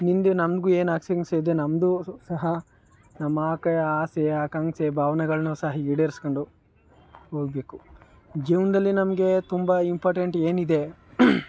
ನಿನ್ನದೆ ನನ್ಗೂ ಏನು ಆಕಾಂಕ್ಷೆ ಇದೆ ನಮ್ಮದು ಸಹ ನಮ್ಮ ಆಸೆ ಆಸೆ ಆಕಾಂಕ್ಷೆ ಭಾವ್ನೆಗಳನ್ನು ಸಹ ಈಡೇರಿಸ್ಕೊಂಡು ಹೋಗಬೇಕು ಜೀವನದಲ್ಲಿ ನಮಗೆ ತುಂಬ ಇಂಪಾರ್ಟೆಂಟ್ ಏನಿದೆ